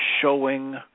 showing